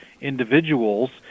individuals